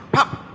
pump,